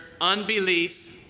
Unbelief